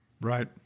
Right